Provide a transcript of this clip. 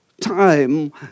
time